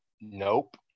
Nope